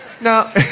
Now